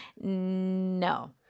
No